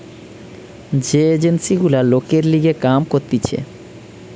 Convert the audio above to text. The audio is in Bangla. যে এজেন্সি গুলা লোকের লিগে কাম করতিছে